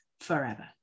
forever